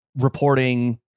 reporting